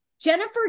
Jennifer